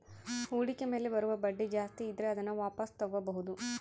ಹೂಡಿಕೆ ಮೇಲೆ ಬರುವ ಬಡ್ಡಿ ಜಾಸ್ತಿ ಇದ್ರೆ ಅದನ್ನ ವಾಪಾಸ್ ತೊಗೋಬಾಹುದು